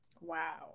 Wow